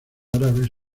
árabes